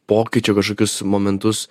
pokyčių kažkokius momentus